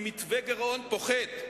עם מתווה גירעון פוחת.